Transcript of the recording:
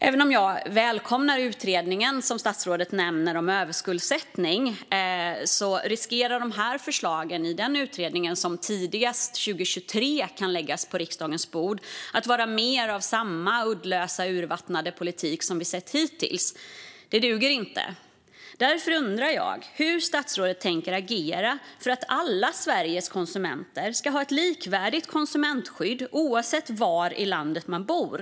Även om jag välkomnar den utredning om överskuldsättning som statsrådet nämner riskerar förslagen i den utredningen, som kan läggas på riksdagens bord tidigast 2023, att vara mer av samma uddlösa och urvattnade politik som vi har sett hittills. Det duger inte. Därför undrar jag hur statsrådet tänker agera för att alla Sveriges konsumenter ska ha ett likvärdigt konsumentskydd oavsett var i landet man bor.